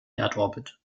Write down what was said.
erdorbit